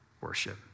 worship